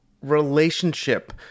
relationship